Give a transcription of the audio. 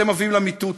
אתם מביאים למיתותא,